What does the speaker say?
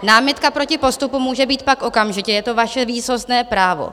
Námitka proti postupu může být pak okamžitě, je to vaše výsostné právo.